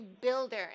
builder